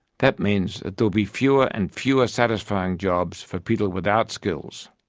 that means that there will be fewer and fewer satisfying jobs for people without skills.